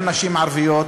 גם נשים ערביות,